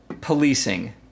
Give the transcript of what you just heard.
policing